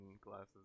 glasses